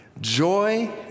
Joy